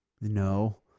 No